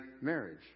marriage